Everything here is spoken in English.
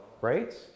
Right